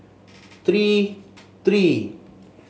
three three